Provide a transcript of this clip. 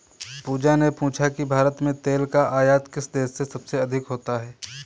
पूजा ने पूछा कि भारत में तेल का आयात किस देश से सबसे अधिक होता है?